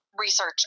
research